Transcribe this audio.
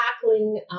tackling